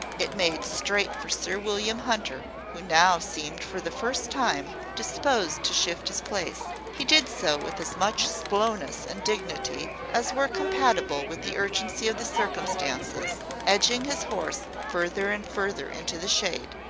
it made straight for sir william hunter, who now seemed for the first time disposed to shift his place. he did so with as much slowness and dignity as were compatible with the urgency of the circumstances, edging his horse further and further into the shade.